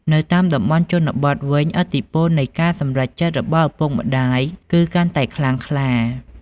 នៅតាមតំបន់ជនបទវិញ ឥទ្ធិពលនៃការសម្រេចចិត្តរបស់ឪពុកម្ដាយគឺកាន់តែខ្លាំងខ្លា។